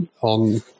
on